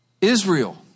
Israel